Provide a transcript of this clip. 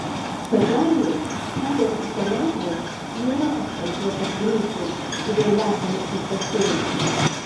bet laimei kelias į senatvę nėra asfaltuotas greitkelis kuriuo lekiame kaip pašėlę